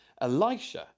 Elisha